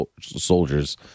soldiers